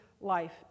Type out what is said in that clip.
life